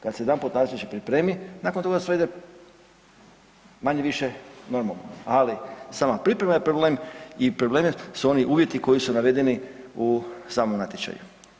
Kada se jedanput natječaj pripremi nakon sve ide manje-više normalno, ali sama priprema je problem i problem su oni uvjeti koji su navedeni u samom natječaju.